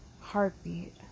heartbeat